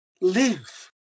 live